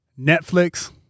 Netflix